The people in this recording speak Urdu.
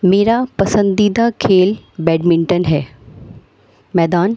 میرا پسندیدہ کھیل بیڈمنٹن ہے میدان